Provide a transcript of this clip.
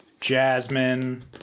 Jasmine